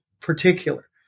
particular